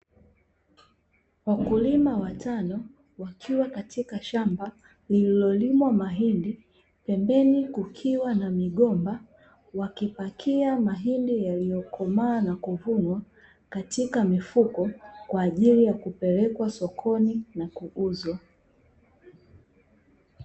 Wakulima watano wakiwa katika shamba lililolimwa mahindi pembeni kukiwa na migomba, wakipakia mahindi yaliyokomaa na kuvunwa katika mifuko kwa ajili ya kupelekwa sokoni na kuuzwa.